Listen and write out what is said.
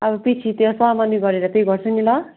अब पिछे सामान ऊ यो गरेर पे गर्छु नि ल